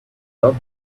felt